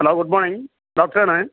hello good morning ഡോക്ടറാണേ